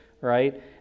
right